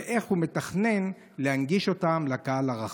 ואיך הוא מתכנן להנגיש אותם לקהל הרחב?